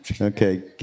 Okay